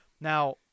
Now